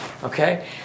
Okay